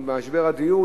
עם משבר הדיור,